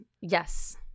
Yes